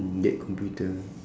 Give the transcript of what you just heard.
get computer